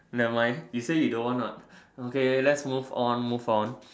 never mind you say you don't want what okay let's move on move on